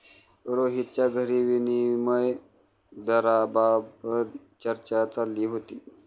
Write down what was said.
रोहितच्या घरी विनिमय दराबाबत चर्चा चालली होती